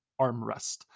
armrest